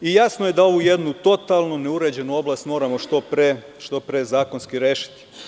i jasno je da ovu jednu totalno neuređenu oblast moramo što pre zakonski rešiti.